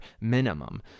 minimum